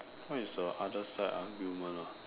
what is the other side arm human ah